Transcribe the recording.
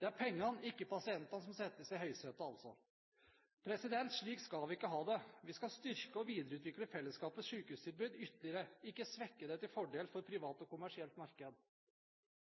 Det er pengene, ikke pasientene, som settes i høysetet. Slik skal vi ikke ha det. Vi skal styrke og videreutvikle fellesskapets sykehustilbud ytterligere, ikke svekke det til fordel for privat og kommersielt marked.